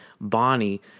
Bonnie